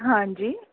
हां जी